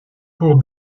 pour